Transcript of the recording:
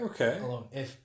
okay